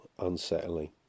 unsettling